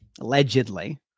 allegedly